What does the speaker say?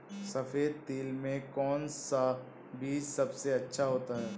सफेद तिल में कौन सा बीज सबसे अच्छा होता है?